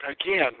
again